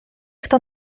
хто